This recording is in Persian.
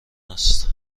است